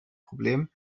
problem